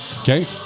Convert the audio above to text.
okay